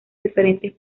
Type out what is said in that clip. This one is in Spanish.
diferentes